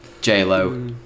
j-lo